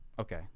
Okay